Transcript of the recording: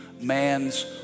man's